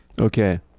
Okay